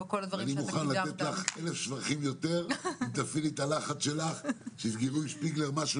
אני מוכן לתת לך אלף שבחים יותר אם תסגרי עם שפיגלר פתרון